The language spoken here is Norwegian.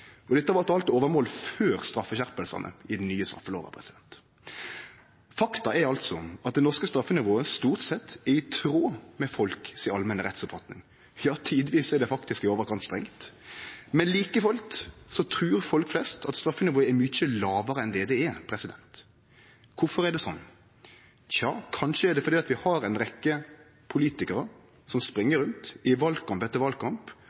spurde. Dette var til alt overmål før straffeskjerpingane i den nye straffelova. Faktum er altså at det norske straffenivået stort sett er i tråd med folk si allmenne rettsoppfatning. Ja, tidvis er det faktisk i overkant strengt. Men like fullt trur folk flest at straffenivået er mykje lågare enn det det er. Kvifor er det sånn? Tja, kanskje er det fordi vi har ei rekkje politikarar som spring rundt i valkamp etter valkamp